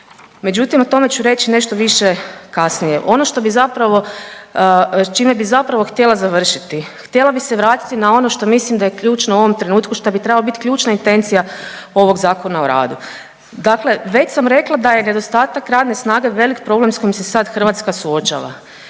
Međutim o tome ću reći nešto više kasnije. Ono što bi zapravo, čime bi zapravo htjela završiti. Htjela bi se vratiti na ono što mislim da je ključno u ovom trenutku šta bi trebalo biti ključna intencija ovog Zakona o radu. Dakle, već sam rekla da je nedostatak radne snage veliki problem s kojim se sad Hrvatska suočava.